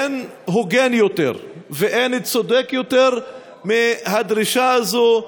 אין הוגן יותר ואין צודק יותר מהדרישה הזאת,